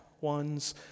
ones